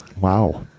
Wow